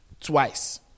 twice